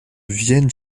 vienne